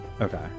okay